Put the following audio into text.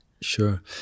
Sure